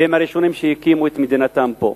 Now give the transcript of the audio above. והם הראשונים שהקימו את מדינתם פה,